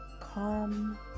calm